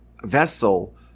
vessel